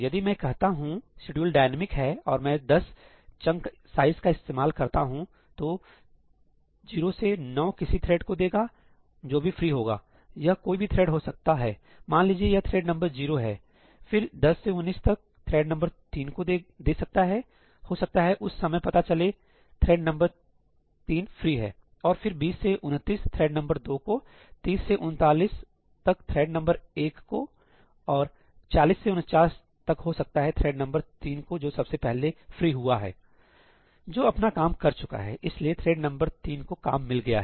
यदि मैं कहता हूं शेड्यूल डायनेमिक है और मैं 10 चंक साइज का इस्तेमाल करता हूं तो 0 से 9 किसी थ्रेड को देगा जो भी फ्री होगा यह कोई भी थ्रेड हो सकता है मान लीजिए यह थ्रेड नंबर जीरो है फिर 10 से 19 तक थ्रेड नंबर 3 को दे सकता है हो सकता उस समय पता चला थ्रेड नंबर 3 फ्री है और फिर 20 से 29 थ्रेड नंबर 2 को 30 से 39 तक थ्रेड नंबर 1 को और 40 से 49 तक हो सकता है कि थ्रेड नंबर 3 को जो सबसे पहले फ्री हुआ है जो अपना काम कर चुका है इसलिए थ्रेड नंबर 3 को काम मिल गया है